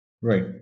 Right